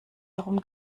darum